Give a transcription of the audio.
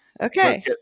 Okay